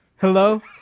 Hello